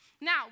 Now